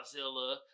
Godzilla